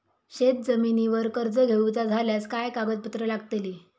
शेत जमिनीवर कर्ज घेऊचा झाल्यास काय कागदपत्र लागतली?